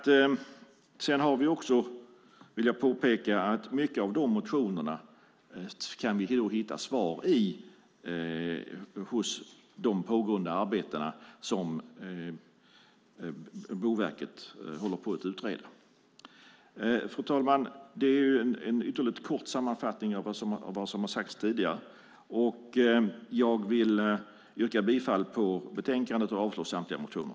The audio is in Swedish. Jag vill påpeka att vi kan hitta svar på många av motionerna i Boverkets pågående utredningsarbete. Fru talman! Detta var en ytterligt kort sammanfattning av vad som har sagts tidigare. Jag vill yrka bifall till förslaget i betänkandet och avslag på samtliga motioner.